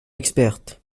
experte